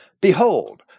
Behold